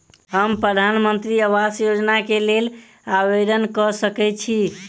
हम प्रधानमंत्री आवास योजना केँ लेल आवेदन कऽ सकैत छी?